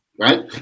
right